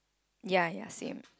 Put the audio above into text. ya ya same